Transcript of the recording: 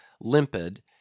limpid